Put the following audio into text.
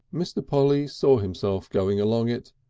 mr. polly saw himself going along it,